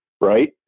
Right